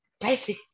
basic